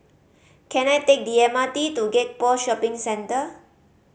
can I take the M R T to Gek Poh Shopping Centre